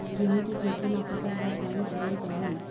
गेहूं के खेती मा कतक बार पानी परोए चाही?